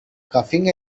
coughing